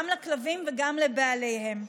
גם לכלבים וגם לבעליהם.